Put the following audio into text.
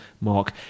mark